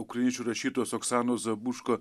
ukrainiečių rašytojos oksanos zabuško